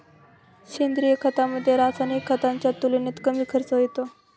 सेंद्रिय खतामध्ये, रासायनिक खताच्या तुलनेने कमी खर्च येतो